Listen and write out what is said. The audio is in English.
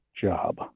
job